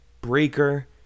Breaker